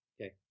Okay